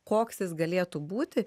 koks jis galėtų būti